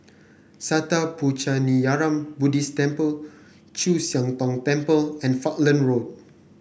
Sattha Puchaniyaram Buddhist Temple Chu Siang Tong Temple and Falkland Road